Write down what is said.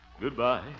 Goodbye